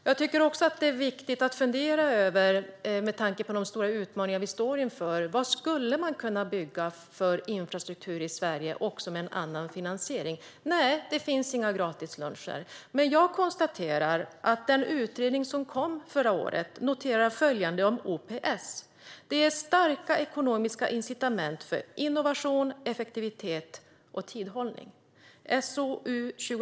Med tanke på de stora utmaningar vi står inför tycker jag också att det är viktigt att fundera över vad man skulle kunna bygga för infrastruktur i Sverige, också med annan finansiering. Nej, det finns inga gratisluncher. Men jag konstaterar att den utredning som kom förra året, SOU 2016:3, noterar följande om OPS: Det innebär "starka ekonomiska incitament för innovation, effektivitet och tidhållning".